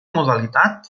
modalitat